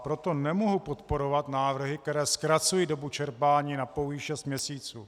Proto nemohu podporovat návrhy, které zkracují dobu čerpání na pouhých šest měsíců.